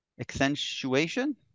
accentuation